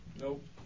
Nope